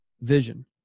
vision